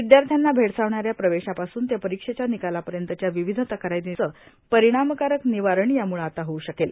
विद्यार्थ्याना भेडसावणा या प्रवेशापासून ते परीक्षेच्या निकालापर्यंतच्या विविध तक्रारींचे परिणामकारक निवारण यामुळे आता होऊ शकेल